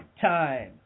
time